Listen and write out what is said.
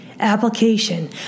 application